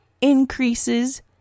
increases